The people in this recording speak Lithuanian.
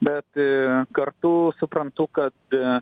bet kartu suprantu kad